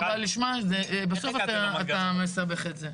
לא בא לשמה - בסוף אתה מסבך את זה.